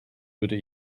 würde